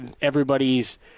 everybody's